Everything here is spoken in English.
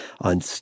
on